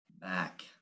back